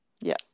Yes